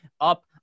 up